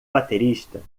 baterista